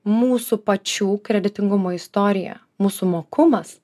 mūsų pačių kreditingumo istorija mūsų mokumas